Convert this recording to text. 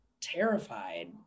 terrified